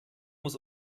muss